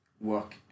work